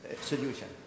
solution